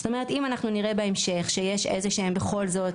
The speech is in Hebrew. זאת אומרת שאם אנחנו נראה בהמשך שיש איזשהן בכל זאת